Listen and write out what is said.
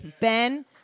Ben